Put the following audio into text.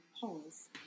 pause